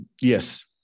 Yes